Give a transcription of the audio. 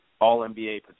all-NBA